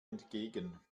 entgegen